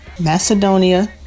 Macedonia